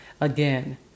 Again